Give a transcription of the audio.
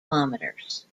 kilometers